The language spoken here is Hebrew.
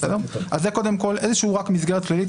זה קודם כול רק מסגרת כללית.